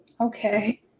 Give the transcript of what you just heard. Okay